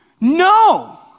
No